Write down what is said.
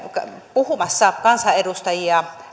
puhumassa kansanedustajia